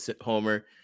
Homer